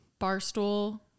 Barstool